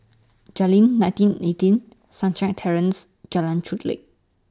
Jayleen nineteen eighteen Sunshine Terrace and Jalan Chulek